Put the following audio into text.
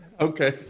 okay